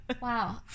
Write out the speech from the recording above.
wow